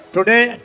Today